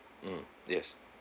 mm yes